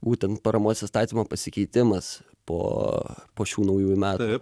būtent paramos įstatymo pasikeitimas po po šių naujųjų metų